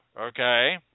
okay